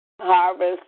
Harvest